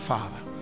Father